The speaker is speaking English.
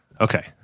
okay